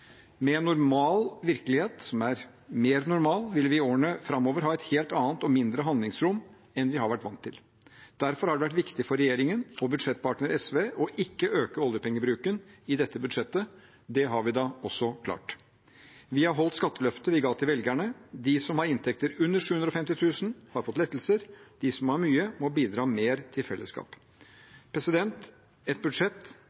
en virkelighet som er mer normal, vil vi i årene framover ha et helt annet og mindre handlingsrom enn vi har vært vant til. Derfor har det vært viktig for regjeringen og budsjettpartner SV å ikke øke oljepengebruken i dette budsjettet. Det har vi også klart. Vi har holdt skatteløftet vi ga velgerne. De som har inntekter under 750 000 kr, har fått lettelser; de som har mye, må bidra mer til fellesskapet. Dette er et budsjett